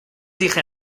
dije